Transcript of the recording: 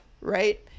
right